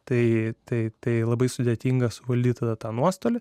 tai taip tai labai sudėtingas valdyti tada tą nuostolį